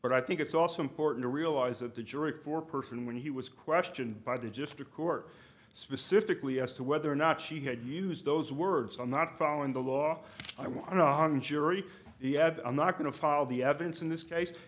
but i think it's also important to realize that the jury foreperson when he was questioned by the just the court specifically as to whether or not she had used those words i'm not following the law i want to jury the other i'm not going to follow the evidence in this case